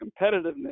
competitiveness